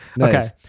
Okay